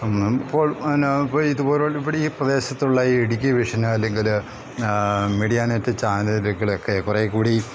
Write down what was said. ഇപ്പോൾ എന്നാ ഇപ്പോൾ ഇതുപോലെ ഇവിടെ ഈ പ്രദേശത്തുള്ള ഇടുക്കി വിഷന് അല്ലെങ്കിൽ മീഡിയാ നെറ്റ് ചാനലുകൾ ഒക്കെ കുറെ കൂടി